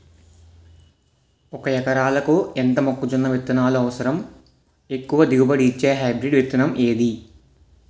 ఒక ఎకరాలకు ఎంత మొక్కజొన్న విత్తనాలు అవసరం? ఎక్కువ దిగుబడి ఇచ్చే హైబ్రిడ్ విత్తనం ఏది?